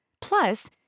Plus